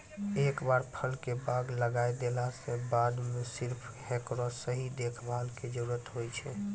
एक बार फल के बाग लगाय देला के बाद सिर्फ हेकरो सही देखभाल के जरूरत होय छै